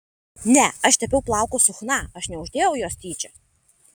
ne aš tepiau plaukus su chna aš neuždėjau jos tyčia